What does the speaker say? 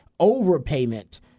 overpayment